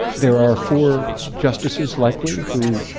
there are four justices likely who,